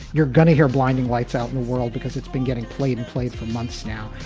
you're gonna hear blinding lights out in the world because it's been getting played and played for months now.